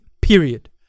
Period